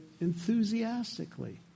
enthusiastically